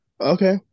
okay